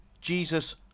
Jesus